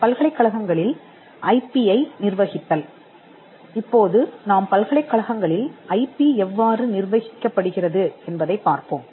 பல்கலைக்கழகங்களில் I P யை நிர்வகித்தல் இப்போது நாம் பல்கலைக்கழகங்களில் ஐபி எவ்வாறு நிர்வகிக்கப்படுகிறது என்பதைப் பார்ப்போம்